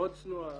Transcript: מאוד צנועה,